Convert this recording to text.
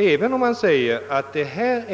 även om man säger att det är